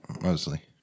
mostly